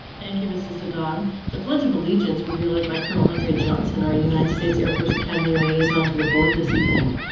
thank you mrs addon. the pledge of allegiance will be led by colonel andre johnson, our united states air force academy, liaison to the board this evening.